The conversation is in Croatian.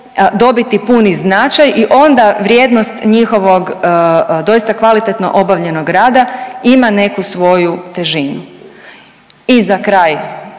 dobiti puni značaj i onda vrijednost njihovog doista kvalitetno obavljenog rada ima neku svoju težinu. I za kraj